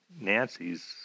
Nancy's